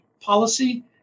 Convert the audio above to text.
policy